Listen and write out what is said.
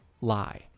lie